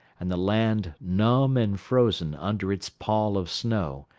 and the land numb and frozen under its pall of snow,